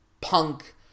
Punk